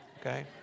okay